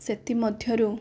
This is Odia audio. ସେଥିମଧ୍ୟରୁ